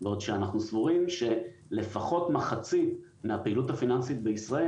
בעוד שאנחנו סבורים שלפחות מחצית מהפעילות הפיננסית בישראל